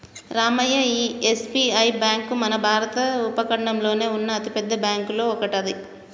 రామయ్య ఈ SBI bank మన భారత ఉపఖండంలోనే ఉన్న అతిపెద్ద బ్యాంకులో ఒకటట